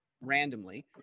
randomly